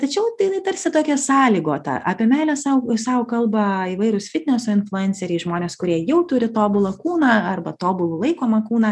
tačiau jinai tarsi tokia sąlygota apie meilę sau sau kalba įvairūs fitneso influenceriai žmonės kurie jau turi tobulą kūną arba tobulu laikomą kūną